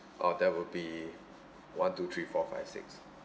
oh that will be one two three four five six